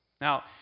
Now